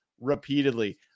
repeatedly